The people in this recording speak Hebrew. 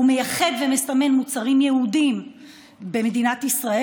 הוא מייחד ומסמן מוצרים יהודיים במדינת ישראל